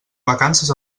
vacances